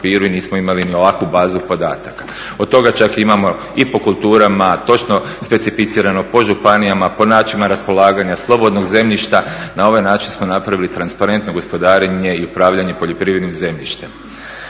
nisu imali ni ovakvu bazu podataka. Od toga čak imamo i po kulturama točno specificirano po županijama, po načinu raspolaganja slobodnog zemljišta. Na ovaj način smo napravili transparentno gospodarenje i upravljanje poljoprivrednim zemljištem.